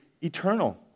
eternal